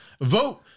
Vote